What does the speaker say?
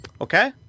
Okay